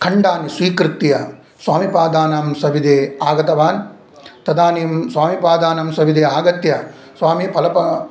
खण्डान् स्वीकृत्य स्वामिपादानां सविधे आगतवान् तदानीं स्वामिपादानां सविधे आगत्य स्वामि पलप